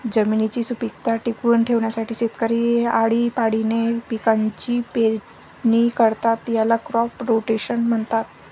जमिनीची सुपीकता टिकवून ठेवण्यासाठी शेतकरी आळीपाळीने पिकांची पेरणी करतात, याला क्रॉप रोटेशन म्हणतात